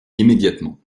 immédiatement